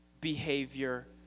behavior